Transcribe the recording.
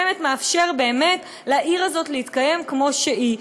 אבל בצורה מסוימת מאפשר לעיר הזאת להתקיים כמו שהיא,